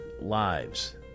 lives